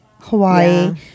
Hawaii